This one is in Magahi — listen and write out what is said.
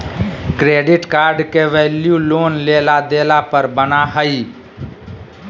क्रेडिट कार्ड के वैल्यू लोन लेला देला पर बना हइ